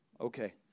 Okay